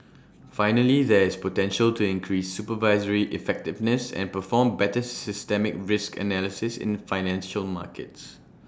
finally there is potential to increase supervisory effectiveness and perform better systemic risk analysis in financial markets